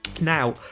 Now